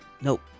Nope